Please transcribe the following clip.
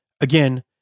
again